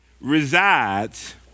resides